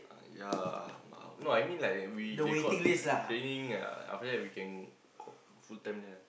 uh ya no I mean like we they called training ya after that we can full time there